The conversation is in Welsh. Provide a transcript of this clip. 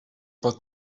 bod